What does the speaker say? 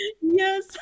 Yes